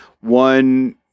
one